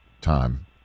time